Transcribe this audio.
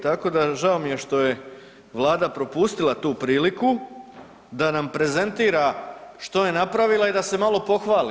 Tako da žao mi je što je Vlada propustila tu priliku da nam prezentira što je napravila i da se malo pohvali.